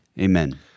Amen